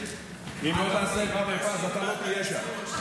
אם תעשה איפה ואיפה, אז אתה לא תהיה שם.